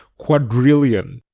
quadrillion.